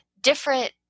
different